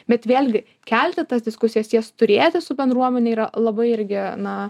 bet vėlgi kelti tas diskusijas jas turėti su bendruomene yra labai irgi na